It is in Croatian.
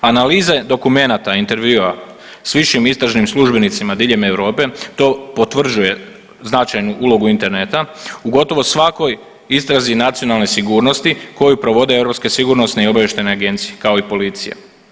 Analize dokumenata intervjua s višim istražnim službenicima diljem Europe to potvrđuje značajnu ulogu interneta u gotovo svakoj istrazi nacionalne sigurnosti koju provode europske sigurnosne i obavještajne agencije kao i policija.